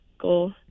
goal